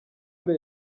ari